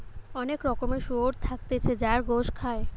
অনেক রকমের শুয়োর থাকতিছে যার গোস খায়